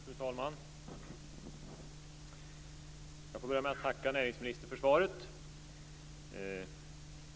Fru talman! Jag får börja med att tacka näringsministern för svaret.